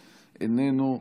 איננה,